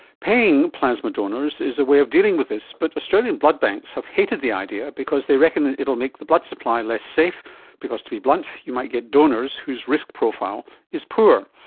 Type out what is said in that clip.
paying plasma donors is a way of dealing with this, but australian blood banks have hated the idea because they reckon that it will make the blood supply less safe because, to be blunt, you might get donors whose risk profile is poor.